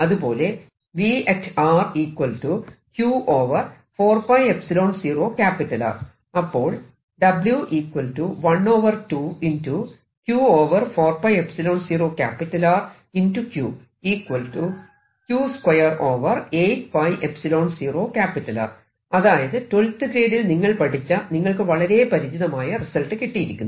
അതുപോലെ അപ്പോൾ അതായത് 12th ഗ്രേഡിൽ നിങ്ങൾ പഠിച്ച നിങ്ങൾക്ക് വളരെ പരിചിതമായ റിസൾട്ട് കിട്ടിയിരിക്കുന്നു